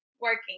working